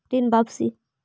ऋण वापसी?